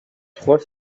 trois